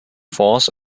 fonds